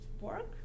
work